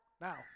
Now